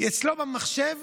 אצלו במחשב